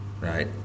right